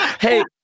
hey